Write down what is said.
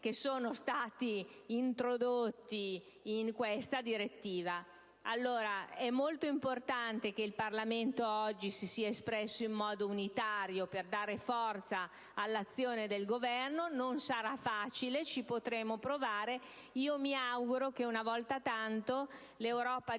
che sono stati introdotti con questa direttiva. Quindi è molto importante che oggi il Parlamento si esprima in modo unitario per dare forza all'azione del Governo; non sarà facile, ma ci proveremo. Mi auguro che una volta tanto l'Unione